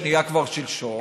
שנהיה כבר שלשום,